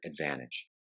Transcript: advantage